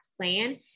plan